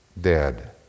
dead